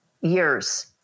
years